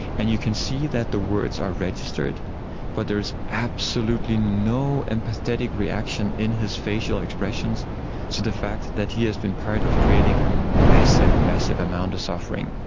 and you can see that the words are registered but there is absolutely no empathetic reaction in his facial expressions to the fact that he has been part of creating a massive, massive amount of suffering.